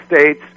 states